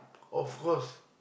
of course